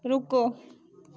रुको